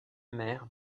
mère